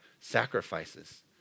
sacrifices